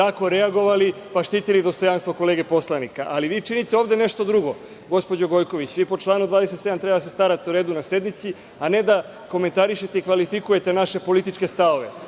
tako reagovali, pa štitili dostojanstvo kolege poslanika? Ali, vi činite ovde nešto drugo, gospođo Gojković. Po članu 27, vi treba da se starate o redu na sednici, a ne da komentarišete i kvalifikujete naše političke stavove.